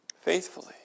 faithfully